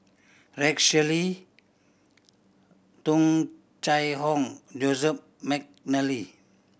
Rex Shelley Tung Chye Hong Joseph McNally